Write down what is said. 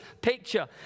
picture